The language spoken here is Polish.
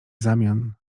zamian